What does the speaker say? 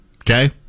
Okay